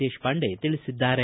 ದೇಶಪಾಂಡೆ ತಿಳಿಸಿದ್ದಾರೆ